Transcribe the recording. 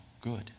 good